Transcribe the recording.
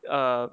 err